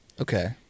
Okay